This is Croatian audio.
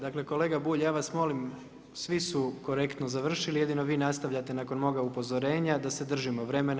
Dakle kolega Bulj, ja vas molim svi su korektno završili jedino vi nastavljate nakon moga upozorenja da se držimo vremena.